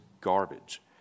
garbage